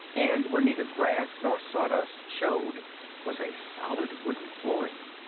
and where neither grass nor sawdust showed was a solid wooden flooring.